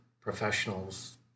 professional's